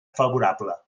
favorable